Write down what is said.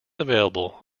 available